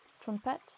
trumpet